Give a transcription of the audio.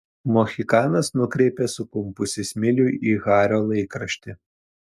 mohikanas nukreipė sukumpusį smilių į hario laikraštį